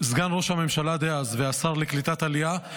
סגן ראש הממשלה דאז והשר לקליטת העלייה,